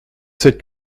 sept